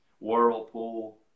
whirlpool